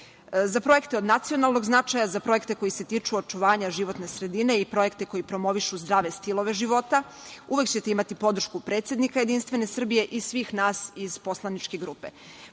projekte od nacionalnog značaja, za projekte koji se tiču očuvanja životne sredine i projekte koji promovišu zdrave stilove života, uvek ćete imati podršku predsednika JS i svih nas iz poslaničke grupe.